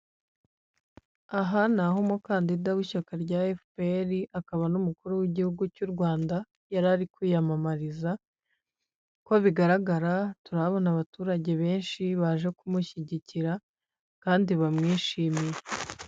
Aha ni aho umukandida w'ishyaka rya fpr akaba n'Umukuru w'Igihugu cy'u Rwanda yari ari kwiyamamariza, uko bigaragara turabona abaturage benshi baje kumushyigikira, kandi bamwishimiye.